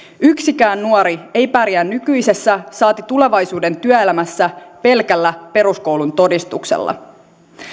yksikään nuori ei pärjää nykyisessä saati tulevaisuuden työelämässä pelkällä peruskoulun todistuksella